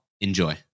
enjoy